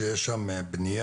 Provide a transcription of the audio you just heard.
שיש שם בנייה